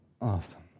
awesome